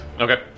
Okay